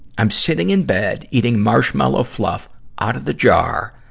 i'm sitting in bed, eating marshmallow fluff out of the jar,